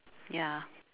ya